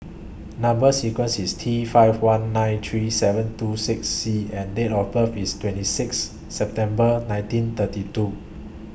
Number sequence IS T five one nine three seven two six C and Date of birth IS twenty six September nineteen thirty two